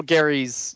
Gary's